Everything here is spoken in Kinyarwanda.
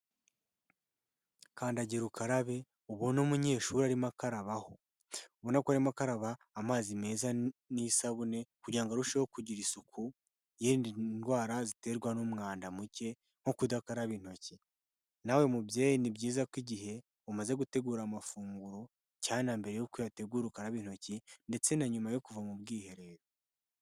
Kandagira ukarabe ubone umunyeshuri arimo akarabaho. Ubona ko arimo akaraba amazi meza n'isabune kugira ngo arusheho kugira isuku, yirinda indwara ziterwa n'umwanda muke, nko kudakaraba intoki. Nawe mubyeyi ni byiza ko igihe umaze gutegura amafunguro, cyane mbere y'uko uyategura ukaraba intoki, ndetse na nyuma yo kuva mu bwiherero.